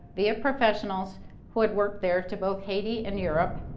via professionals who had worked there, to both haiti and europe.